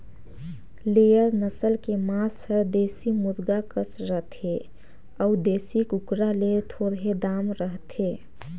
layer नसल के मांस हर देसी मुरगा कस रथे अउ देसी कुकरा ले थोरहें दाम रहथे